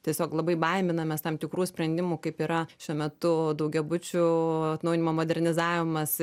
tiesiog labai baiminamės tam tikrų sprendimų kaip yra šiuo metu daugiabučių atnaujinimo modernizavimas